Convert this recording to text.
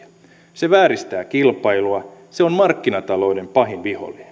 se vääristää kilpailua se on markkinatalouden pahin vihollinen